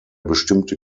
bestimmte